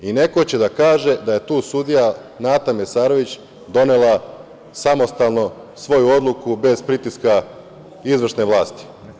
Neko će da kaže da je tu sudija Nata Mesarović donela samostalno svoju odluku bez pritiska izvršne vlasti.